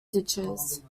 ditches